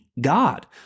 God